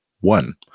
one